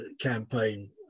campaign